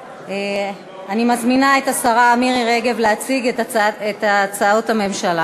אני מזמינה את השרה מירי רגב להציג את הודעות הממשלה,